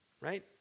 right